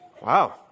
wow